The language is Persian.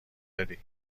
داری